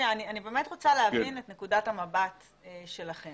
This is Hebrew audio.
אני באמת רוצה להבין את נקודת המבט שלכם.